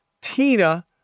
Tina